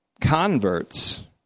converts